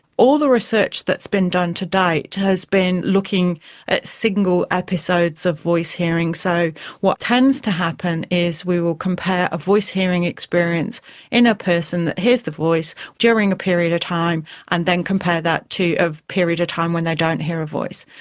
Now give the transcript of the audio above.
all the research that's been done to date has been looking at single episodes of voice-hearing. so what tends to happen is we will compare a voice-hearing experience in a person that hears the voice during a period of time and then compare that to a period of time when they don't hear a voice.